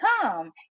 come